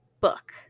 book